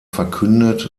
verkündet